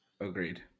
Agreed